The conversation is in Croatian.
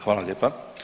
Hvala lijepa.